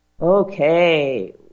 Okay